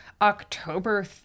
October